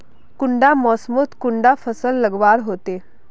कुंडा मोसमोत कुंडा फसल लगवार होते?